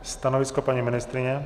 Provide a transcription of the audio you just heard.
Stanovisko paní ministryně?